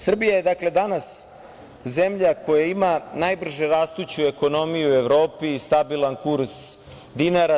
Srbija je danas zemlja koja ima najbrže rastuću ekonomiju u Evropi i stabilan kurs dinara.